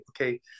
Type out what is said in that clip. okay